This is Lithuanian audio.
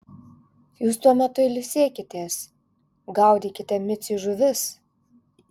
jūs tuo metu ilsėkitės gaudykite miciui žuvis